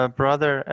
brother